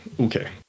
okay